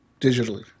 digitally